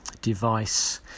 device